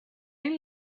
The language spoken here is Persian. این